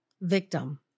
victim